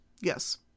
Yes